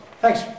Thanks